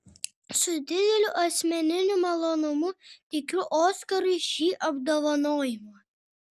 su dideliu asmeniniu malonumu teikiu oskarui šį apdovanojimą